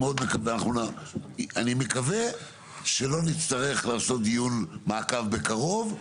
אני מקווה שלא נצטרך לעשות דיון מעקב קרוב.